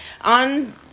on